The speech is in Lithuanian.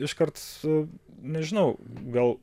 iškart su nežinau gal